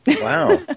Wow